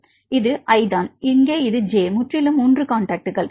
எனவே இது i தான் இங்கே இது j முற்றிலும் 3 காண்டாக்ட்கள்